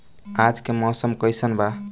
आज के मौसम कइसन बा?